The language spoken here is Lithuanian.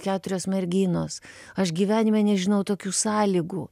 keturios merginos aš gyvenime nežinojau tokių sąlygų